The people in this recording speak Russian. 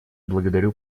благодарю